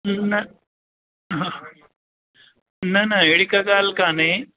न न न हेड़ी काई ॻाल्हि कान्हे